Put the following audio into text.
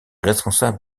responsable